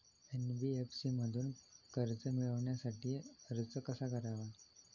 NBFC मधून कर्ज मिळवण्यासाठी अर्ज कसा करावा?